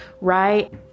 right